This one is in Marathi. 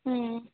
हं